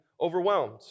overwhelmed